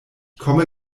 komme